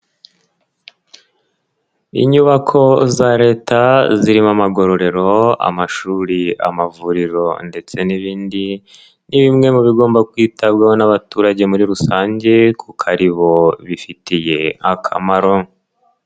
Inyubako za leta zirimo amagororero amashuri amavuriro ndetse n'ibindi, ni bimwe mu bigomba kwitabwaho n'abaturage muri rusange kuko aribo bifitiye akamaro.